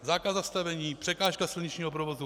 Zákaz zastavení, překážka silničního provozu.